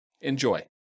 Enjoy